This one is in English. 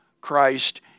Christ